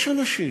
יש אנשים